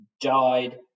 died